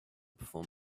before